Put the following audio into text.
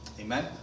amen